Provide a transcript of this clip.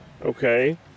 Okay